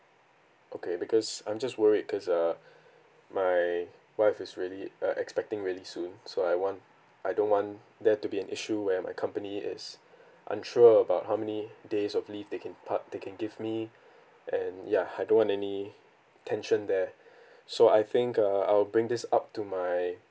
okay because I'm just worried cause uh my wife is really uh expecting really soon so I want I don't want there to be an issue where my company is unsure about how many days of leave they can part they can give me and ya I don't want any tension there so I think uh I'll bring this up to my